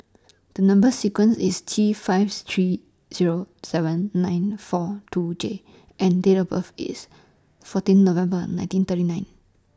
The Number sequence IS T five three Zero seven nine four two J and Date of birth IS fourteen November nineteen thirty nine